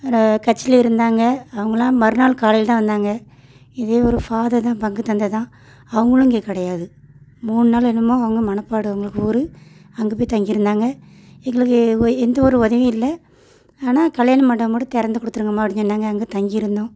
வேறு கட்சியில் இருந்தாங்க அவங்கள்லாம் மறுநாள் காலையில் தான் வந்தாங்க இதே ஒரு ஃபாதர் தான் பங்கு தந்ததாம் அவங்களும் இங்கே கிடையாது மூணு நாள் என்னமோ அவங்க மணப்பாறை அவங்க ஊர் அங்கே போய் தங்கியிருந்தாங்க எங்களுக்கு போய் எந்தவொரு உதவியும் இல்லை ஆனால் கல்யாணம் மண்டபம் மட்டும் திறந்து கொடுத்துருங்கம்மா அப்படின்னு சொன்னாங்க அங்கே தங்கியிருந்தோம்